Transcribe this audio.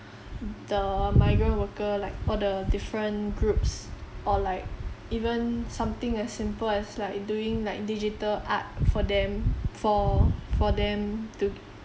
the migrant worker like or like for the different groups or like even something as simple as like doing like digital art for them for for them to